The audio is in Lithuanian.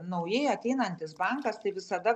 naujai ateinantis bankas tai visada